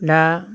दा